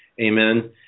Amen